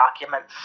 documents